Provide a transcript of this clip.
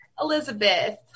Elizabeth